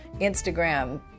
instagram